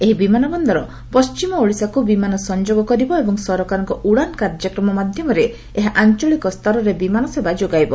ଏହି ବିମାନ ବନ୍ଦର ପଶ୍ଚିମ ଓଡିଶାକୁ ବିମାନ ସଂଯୋଗ କରିବ ଏବଂ ସରକାରଙ୍କ ଉଡାନ୍ କାର୍ଯ୍ୟକ୍ରମ ମାଧ୍ୟମରେ ଏହା ଆଞ୍ଚଳିକ ସ୍ତରରେ ବିମାନ ସେବା ଯୋଗାଇବ